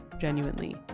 genuinely